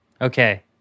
Okay